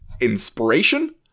inspiration